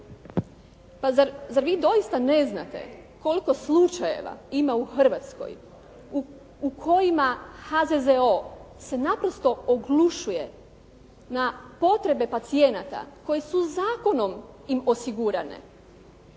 zar vi doista ne znate koliko slučajevima ima u Hrvatskoj u kojima HZZO se naprosto oglušuje na potrebe pacijenata koje su zakonom im osigurane.